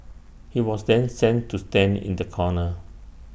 he was then sent to stand in the corner